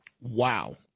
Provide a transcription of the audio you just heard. Wow